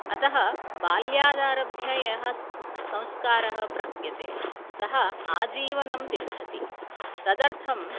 अतः बाल्यादरभ्य यः स् संस्कारः प्राप्यते सः आजीवनं तिष्ठति तदर्थं